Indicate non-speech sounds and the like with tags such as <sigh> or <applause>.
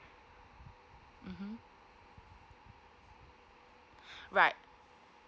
mmhmm <breath> right